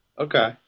Okay